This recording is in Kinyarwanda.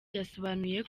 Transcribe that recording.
yasobanuye